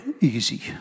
easy